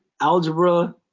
algebra